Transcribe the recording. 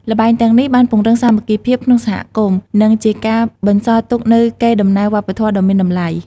ល្បែងទាំងនេះបានពង្រឹងសាមគ្គីភាពក្នុងសហគមន៍ និងជាការបន្សល់ទុកនូវកេរ្តិ៍ដំណែលវប្បធម៌ដ៏មានតម្លៃ។